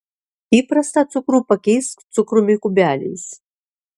įprastą cukrų pakeisk cukrumi kubeliais